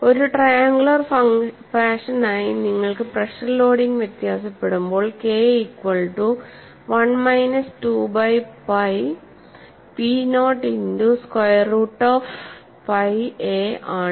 ഒരു ട്രയാങ്കുലർ ഫാഷനായി നിങ്ങൾക്ക് പ്രെഷർ ലോഡിംഗ് വ്യത്യാസപ്പെടുമ്പോൾ K equal to 1 minus 2 by pi p naught into square root of pi a ആണ്